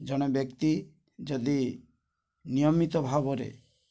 ଜଣେ ବ୍ୟକ୍ତି ଯଦି ନିୟମିତ ଭାବରେ